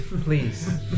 please